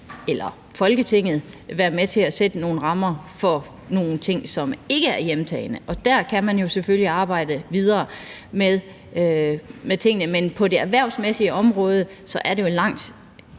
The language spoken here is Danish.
eller Folketinget være med til at sætte nogle rammer for nogle ting, som ikke er hjemtagne, og der kan man selvfølgelig arbejde videre med tingene. Men på det erhvervsmæssige område er det jo langt